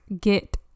get